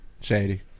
Shady